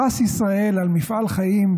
פרס ישראל על מפעל חיים,